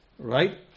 Right